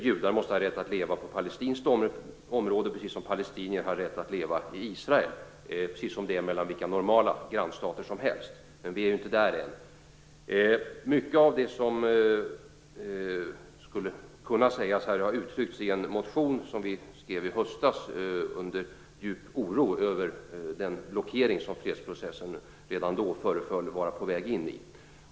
Judar måste ha rätt att leva på palestinskt område precis som palestinier har rätt att leva i Israel, precis som mellan vilka normala grannstater som helst. Men vi är ju inte där än. Mycket av det som skulle kunna sägas här har uttryckts i en motion som vi skrev i höstas under djup oro över den blockering som fredsprocessen redan då föreföll vara på väg in i.